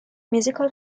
musical